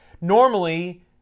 normally